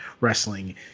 wrestling